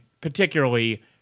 particularly